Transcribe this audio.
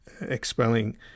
expelling